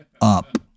up